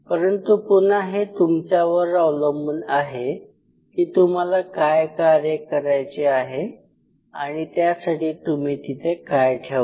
परंतु पुनः हे तुमच्यावर अवलंबून आहे की तुम्हाला काय कार्य करायचे आहे आणि त्यासाठी तुम्ही तिथे काय ठेवता